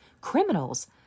criminals